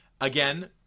again